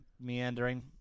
meandering